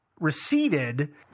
receded